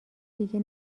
دیگه